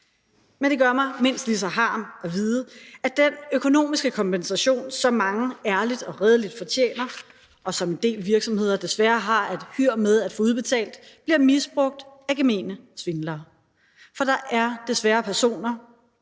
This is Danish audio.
Men det gør mig mindst lige så harm at vide, at den økonomiske kompensation, som mange ærligt og redeligt fortjener, og som en del virksomheder desværre har et hyr med at få udbetalt, bliver misbrugt af gemene svindlere. For der er desværre personer,